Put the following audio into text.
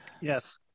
Yes